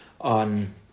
on